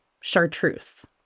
chartreuse